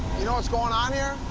you know what's going on here?